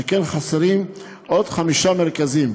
שכן חסרים עוד חמישה מרכזים,